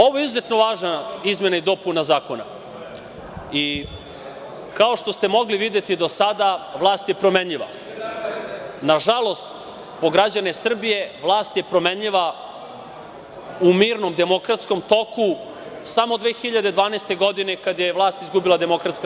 Ovo je izuzetno važna izmena i dopuna zakona i, kao što ste mogli videti do sada, vlast je promenjiva, nažalost po građane Srbije vlast je promenjiva u mirnom demokratskom toku, samo 2012. godine kada je vlast izgubila DS.